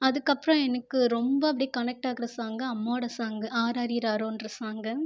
அதுக்கப்புறம் எனக்கு ரொம்ப அப்படி கனெக்ட் ஆகிற சாங் அம்மாவுடைய சாங் ஆராரிராரோன்ற சாங்